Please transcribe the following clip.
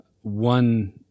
one